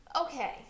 Okay